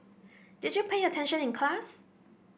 did you pay attention in class